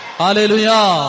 hallelujah